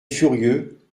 furieux